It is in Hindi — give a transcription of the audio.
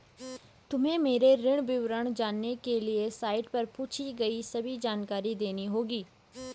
तुम्हें मेरे ऋण विवरण जानने के लिए साइट पर पूछी गई सभी जानकारी देनी होगी